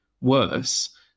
worse